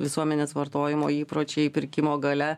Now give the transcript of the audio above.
visuomenės vartojimo įpročiai pirkimo galia